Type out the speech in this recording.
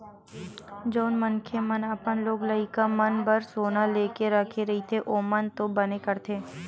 जउन मनखे मन अपन लोग लइका मन बर सोना लेके रखे रहिथे ओमन तो बने करथे